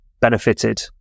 benefited